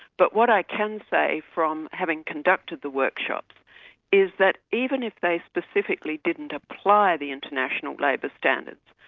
but what i can say from having conducted the workshops is that even if they specifically didn't apply the international labour standards,